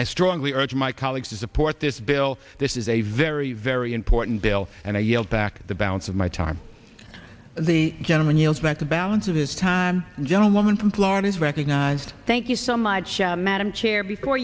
i strongly urge my colleagues to support this bill this is a very very important bill and i yield back the balance of my time the gentleman yield back the balance of his time gentlewoman from florida is recognized thank you so much madam chair before